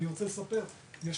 לא,